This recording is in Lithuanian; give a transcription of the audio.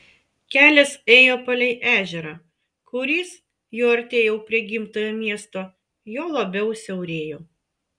kelias ėjo palei ežerą kuris juo artėjau prie gimtojo miesto juo labiau siaurėjo